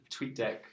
TweetDeck